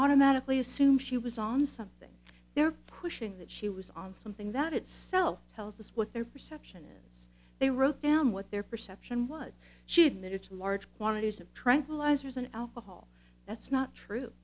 automatically assume she was on something they're pushing that she was on something that itself tells us what their perceptions they wrote down what their perception was she admitted to large quantities of tranquilizers and alcohol that's not true